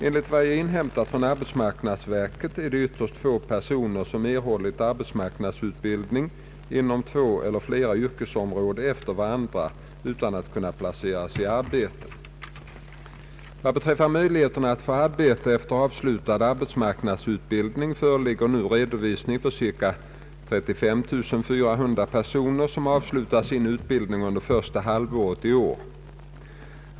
Enligt vad jag inhämtat från arbetsmarknadsverket är det ytterst få personer som erhållit arbetsmarknadsutbildning inom två eller flera yrkesområden efter varandra utan att kunna placeras i arbete. Vad beträffar möjligheterna att få arbete efter avslutad arbetsmarknadsutbildning föreligger nu redovisning för de 35400 personer som avslutade sin utbildning under första halvåret i år.